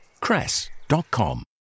cress.com